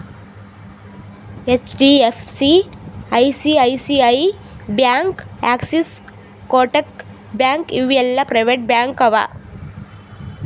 HDFC, ICICI bank, Axis, Kotak bank ಇವು ಎಲ್ಲಾ private bank ಅವಾ